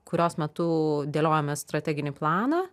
kurios metu dėliojomės strateginį planą